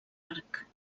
arc